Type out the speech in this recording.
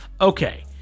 Okay